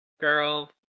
Girl